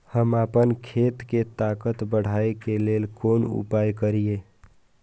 हम आपन खेत के ताकत बढ़ाय के लेल कोन उपाय करिए?